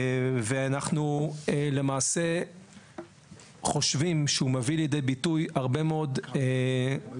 ואנחנו למעשה חושבים שהוא מביא לידי ביטוי הרבה מאוד מצוקות,